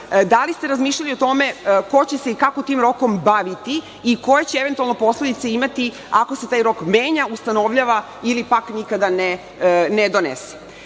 da li ste razmišljali o tome ko će se i kako tim rokom baviti i koje će eventualno posledice imati ako se taj rok menja, ustanovljava, ili pak nikada ne donese? Sledeći